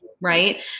Right